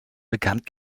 bekannt